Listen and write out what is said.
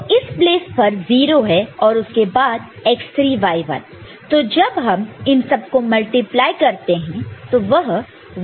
तो इस प्लेस पर 0 है और उसके बाद x 3 y 1 तो जब हम इन सब को मल्टीप्लाई करते हैं तो वह 1 1 0 1 है